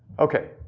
okay.